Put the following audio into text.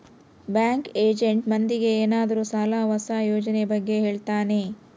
bank agent ಮಂದಿಗೆ ಏನಾದ್ರೂ ಸಾಲ ಹೊಸ ಯೋಜನೆ ಬಗ್ಗೆ ಹೇಳ್ತಾನೆ